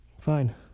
Fine